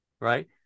right